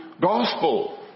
gospel